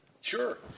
Sure